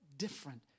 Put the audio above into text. Different